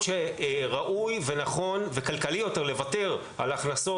והפוטנציאל של האזור כאן להוות תחליף לגז